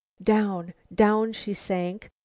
down, down she sank.